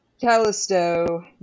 Callisto